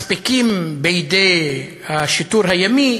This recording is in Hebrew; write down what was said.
מספיקים בידי השיטור הימי,